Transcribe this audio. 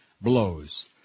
blows